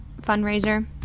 fundraiser